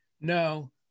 No